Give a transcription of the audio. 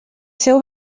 seu